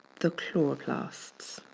the chloroplasts.